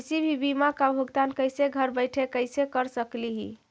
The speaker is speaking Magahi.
किसी भी बीमा का भुगतान कैसे घर बैठे कैसे कर स्कली ही?